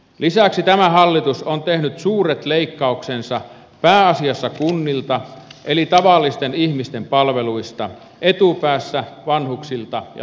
lisäksi tämä hallitus on tehnyt suuret leikkauksensa pääasiassa kunnilta eli tavallisten ihmisten palveluista etupäässä vanhuksilta ja lapsiperheiltä